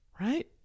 right